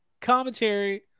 commentary